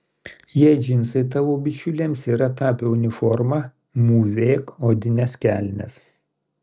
jei džinsai tavo bičiulėms yra tapę uniforma mūvėk odines kelnes